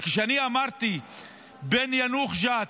וכשאני אמרתי בין יאנוח-ג'ת,